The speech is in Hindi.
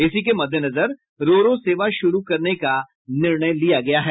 इसी के मद्देनजर रो रो सेवा शुरू करने का निर्णय लिया गया है